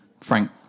Frank